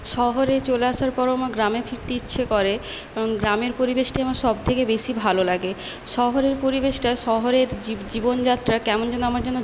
শহরে চলে আসার পরেও আমার গ্রামে ফিরতে ইচ্ছে করে এবং গ্রামের পরিবেশটাই আমার সবথেকে বেশি ভালো লাগে শহরের পরিবেশটা শহরের জীবনযাত্রা কেমন যেন আমার যেন